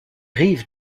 rives